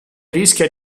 rischia